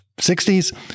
60s